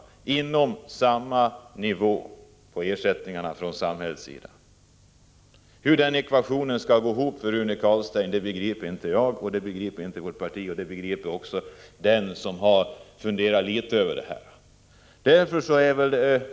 Det går inte med samma nivå på ersättningen från samhällets sida. Hur den ekvationen skall gå ihop för Rune Carlstein begriper inte jag och inte vårt parti och inte heller andra som har funderat litet över detta.